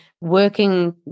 working